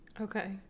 Okay